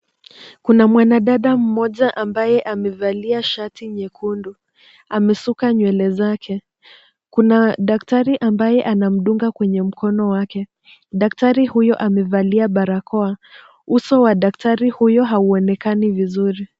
Kuna mwanadada mmoja ambaye amevalia shati nyekundu, amesuka nywele zake. Kuna daktari ambaye anamdunga kwenye mkono wake. Daktari huyo amevalia barakoa. Uso wa daktari huyo hauonekani vizuri.